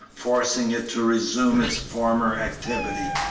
forcing it to resume its former activity.